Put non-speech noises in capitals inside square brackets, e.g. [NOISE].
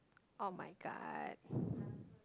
oh-my-god [BREATH]